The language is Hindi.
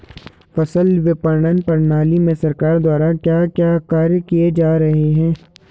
फसल विपणन प्रणाली में सरकार द्वारा क्या क्या कार्य किए जा रहे हैं?